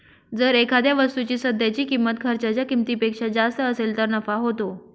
जर एखाद्या वस्तूची सध्याची किंमत खर्चाच्या किमतीपेक्षा जास्त असेल तर नफा होतो